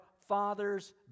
Father's